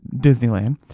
Disneyland